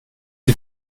die